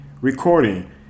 recording